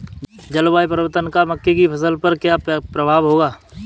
जलवायु परिवर्तन का मक्के की फसल पर क्या प्रभाव होगा?